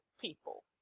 people